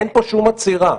אין פה שום עצירה.